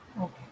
Okay